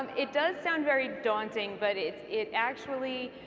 um it does sound very daunting, but it it actually,